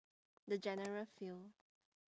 the general feel